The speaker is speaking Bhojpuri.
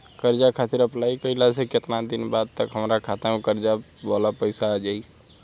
कर्जा खातिर अप्लाई कईला के केतना दिन बाद तक हमरा खाता मे कर्जा वाला पैसा आ जायी?